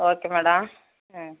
okay madam ம்